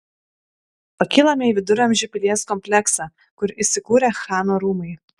pakylame į viduramžių pilies kompleksą kur įsikūrę chano rūmai